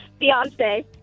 beyonce